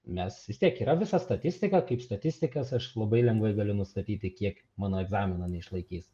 mes vis tiek yra visa statistika kaip statistikas aš labai lengvai galiu nustatyti kiek mano egzamino neišlaikys